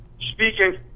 Speaking